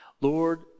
Lord